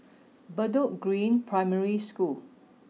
Bedok Green Primary School